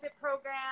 Program